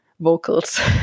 Vocals